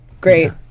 Great